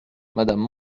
madame